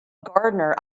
gardener